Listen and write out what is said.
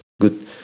good